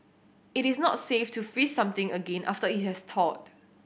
it is not safe to freeze something again after it has thawed